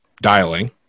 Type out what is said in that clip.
dialing